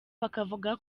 bakavuga